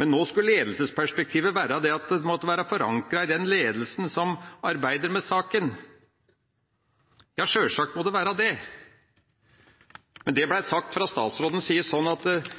Men nå skal ledelsesperspektivet være slik at det må være forankret i den ledelsen som arbeider med saken. Ja, sjølsagt må det være det. Men slik statsråden sa det, virket det som at